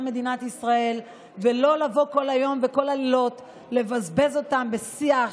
מדינת ישראל ולא לבוא כל היום וכל הלילות ולבזבז אותם בשיח,